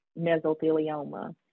mesothelioma